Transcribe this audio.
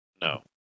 No